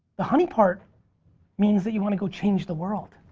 the honey part means that you want to go change the world.